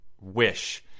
wish